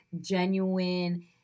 genuine